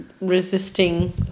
resisting